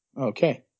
Okay